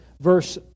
verse